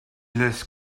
less